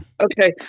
Okay